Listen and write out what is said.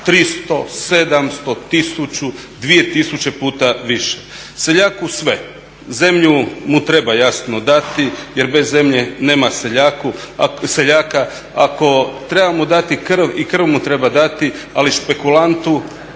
300, 700, 1000, 2000 puta više. Seljaku sve, zemlju mu treba jasno dati jer bez zemlje nema seljaka. Ako trebamo dati krv i krv mu treba dati, ali špekulantu